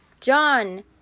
John